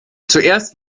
zuerst